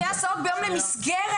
שתי הסעות ביום למסגרת.